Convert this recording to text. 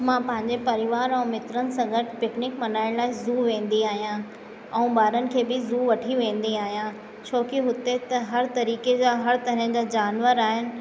मां पंहिंजे परिवार ऐं मित्रनि सां गॾु पिकनिक मल्हाइण लाइ ज़ू वेंदी आहियां ऐं ॿारनि खे बि ज़ू वठी वेंदी आहियां छो कि हुते त हर तरीक़े जा हर तरहनि जा जानवर आहिनि